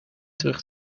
terug